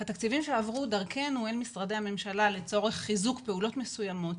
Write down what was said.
התקציבים שעברו דרכנו אל משרדי הממשלה לצורך חיזוק פעולות מסוימות